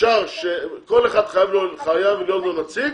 כל אחד חייב להיות לו נציג,